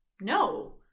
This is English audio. no